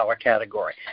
category